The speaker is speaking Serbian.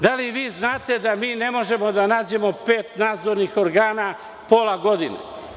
Da li vi znate da mi ne možemo da nađemo pet nadzornih organa pola godine?